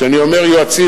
כשאני אומר יועצים,